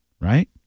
right